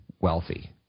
wealthy